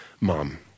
Mom